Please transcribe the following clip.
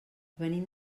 venim